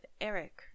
Eric